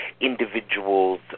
individuals